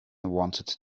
wanted